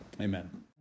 Amen